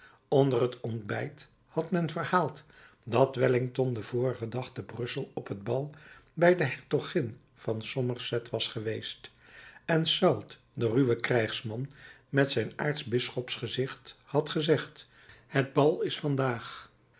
onder het ontbijt had men verhaald dat wellington den vorigen dag te brussel op het bal bij de hertogin van somerset was geweest en soult de ruwe krijgsman met zijn aartsbisschopsgezicht had gezegd het bal is vandaag